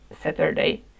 Saturday